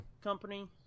company